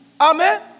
Amen